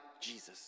Jesus